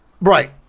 Right